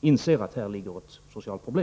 inser att här föreligger ett socialt problem.